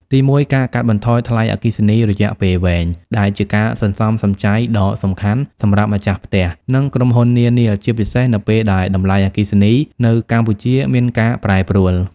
ទីមួយ ការកាត់បន្ថយថ្លៃអគ្គិសនីរយៈពេលវែង ដែលជាការសន្សំសំចៃដ៏សំខាន់សម្រាប់ម្ចាស់ផ្ទះ និងក្រុមហ៊ុននានា ជាពិសេសនៅពេលដែលតម្លៃអគ្គិសនីនៅកម្ពុជាមានការប្រែប្រួល។